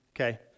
Okay